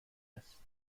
هست